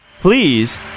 please